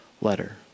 letter